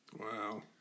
Wow